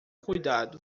cuidado